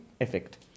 effect